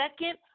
second